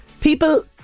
People